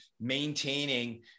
maintaining